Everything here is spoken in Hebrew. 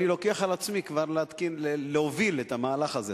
אני לוקח על עצמי כבר להוביל את המהלך הזה.